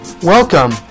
Welcome